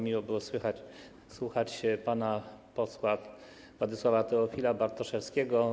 Miło było słuchać pana posła Władysława Teofila Bartoszewskiego.